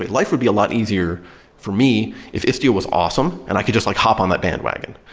life would be a lot easier for me if istio was awesome and i could just like hop on that bandwagon,